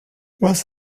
was